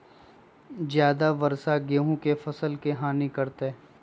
ज्यादा वर्षा गेंहू के फसल के हानियों करतै?